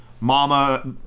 Mama